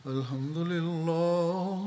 Alhamdulillah